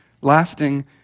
lasting